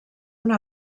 una